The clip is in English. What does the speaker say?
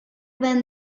when